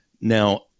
Now